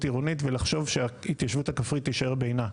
עירונית ולחשוב שההתיישבות הכפרית תישאר בעינה.